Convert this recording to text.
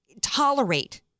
tolerate